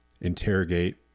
interrogate